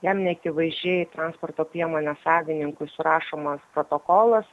jam neakivaizdžiai transporto priemonės savininkui surašomas protokolas